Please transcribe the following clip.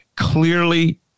Clearly